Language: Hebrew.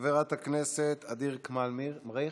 חברת הכנסת ע'דיר כמאל מריח,